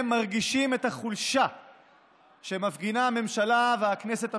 הם מרגישים את החולשה שמפגינות הממשלה והכנסת הנוכחית,